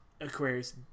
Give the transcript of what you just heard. Aquarius